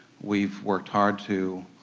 we've worked hard to